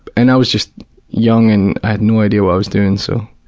and i was just young, and i no idea what i was doing. so